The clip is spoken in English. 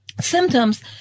symptoms